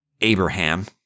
Abraham